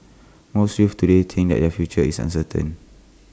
most youths today think that their future is uncertain